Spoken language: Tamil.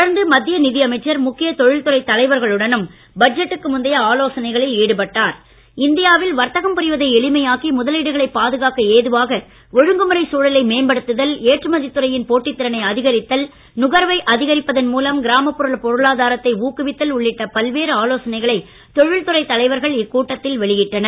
தொடர்ந்து மத்திய நிதி அமைச்சர் முக்கிய தொழில்துறை தலைவர்களுடனும் பட்ஜெட்டுக்கு முந்தைய புரிவதை எளிமையாக்கி முதலீடுகளை பாதுகாக்க ஏதுவாக ஒழுங்குமுறைச் சூழலை மேம்படுத்துதல் எற்றுமதித் துறையின் போட்டித் திறனை அதிகரித்தல் நுகர்வை அதிகரிப்பதன் மூலம் கிராமப்புற பொருளாதாரத்தை ஊக்குவித்தல் உள்ளிட்ட பல்வேறு ஆலோசனைகளை தொழில்துறை தலைவர்கள் இக்கூட்டத்தில் வெளியிட்டனர்